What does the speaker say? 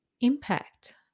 impact